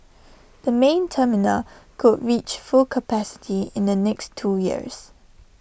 the main terminal could reach full capacity in the next two years